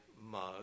mug